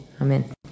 Amen